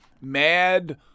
mad